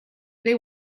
they